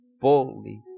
boldly